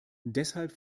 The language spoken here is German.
deshalb